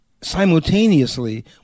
simultaneously